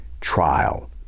trial